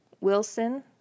Wilson